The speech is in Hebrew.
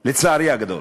לצערי הגדול.